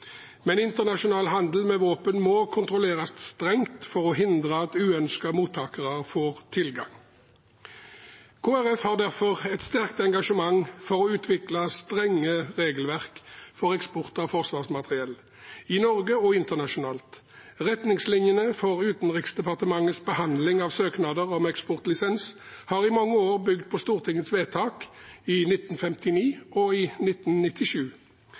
Men internasjonal handel med våpen må kontrolleres strengt for å hindre at uønskede mottakere får tilgang. Kristelig Folkeparti har derfor et sterkt engasjement for å utvikle strenge regelverk for eksport av forsvarsmateriell, både i Norge og internasjonalt. Retningslinjene for Utenriksdepartementets behandling av søknader om eksportlisens har i mange år bygd på Stortingets vedtak i 1959 og i 1997.